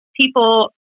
people